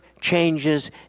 changes